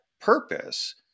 purpose